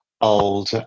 old